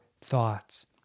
thoughts